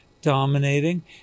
dominating